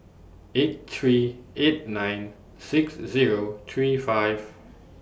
eight three eight nine six Zero three five